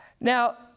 Now